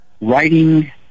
Writing